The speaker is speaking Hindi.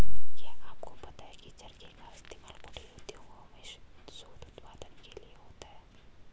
क्या आपको पता है की चरखे का इस्तेमाल कुटीर उद्योगों में सूत उत्पादन के लिए होता है